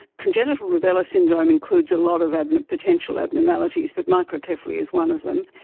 congenital rubella syndrome includes a lot of and potential abnormalities, but microcephaly is one of them.